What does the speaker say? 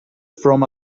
from